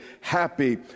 happy